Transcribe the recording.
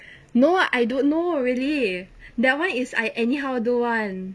no I don't know really that [one] is I anyhow do [one]